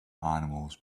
animals